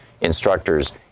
instructors